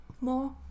more